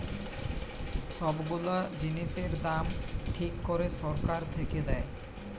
সব গুলা জিনিসের দাম ঠিক করে সরকার থেকে দেয়